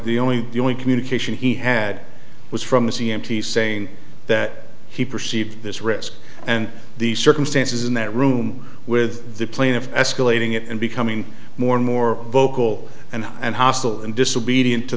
the only the only communication he had was from a c m t saying that he perceived this risk and the circumstances in that room with the plaintiff escalating it and becoming more and more vocal and and hostile and disobedient to